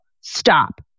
stop